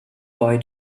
boy